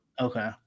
Okay